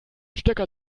stecker